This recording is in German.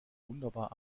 wunderbar